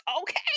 Okay